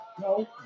No